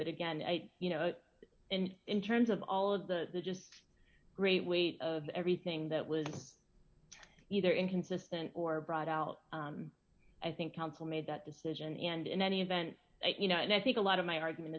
but again you know and in terms of all of the just great weight of everything that was either inconsistent or brought out i think counsel made that decision and in any event you know and i think a lot of my argument